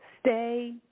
stay